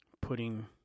Putting